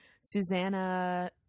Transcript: Susanna